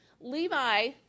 Levi